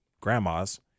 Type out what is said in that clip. grandma's